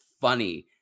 funny